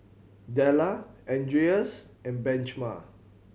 Della Andreas and Benjman